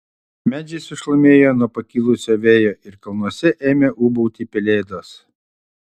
medžiai sušlamėjo nuo pakilusio vėjo ir kalnuose ėmė ūbauti pelėdos